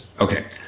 Okay